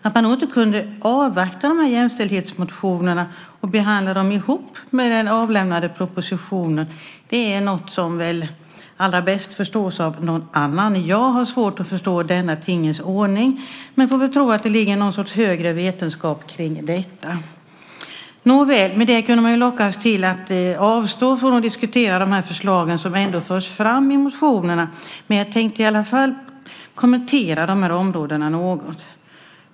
Att man inte kunde avvakta med de här jämställdhetsmotionerna och behandla dem tillsammans med den avlämnade propositionen är något som väl allra bäst förstås av någon annan. Jag har svårt att förstå denna tingens ordning men får väl tro att det ligger någon sorts högre vetenskap i detta. Nåväl, med det kunde man lockas att avstå från att diskutera de förslag som ändå förs fram i motionerna, men jag tänkte i alla fall kommentera de här områdena något.